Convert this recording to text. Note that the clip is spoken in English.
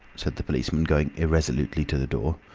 said the policeman, going irresolutely to the door.